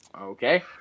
okay